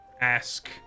ask